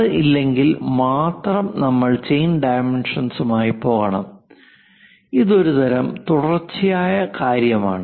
അത് ഇല്ലെങ്കിൽ മാത്രം നമ്മൾ ചെയിൻ ഡൈമെൻഷനുമായി പോകണം ഇത് ഒരുതരം തുടർച്ചയായ കാര്യമാണ്